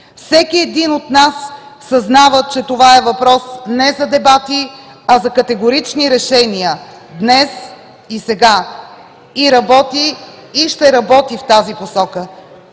Всеки един от нас съзнава, че това е въпрос не за дебати, а за категорични решения – днес и сега, и работи, и ще работи в тази посока.